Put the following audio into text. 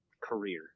career